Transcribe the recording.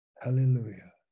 Hallelujah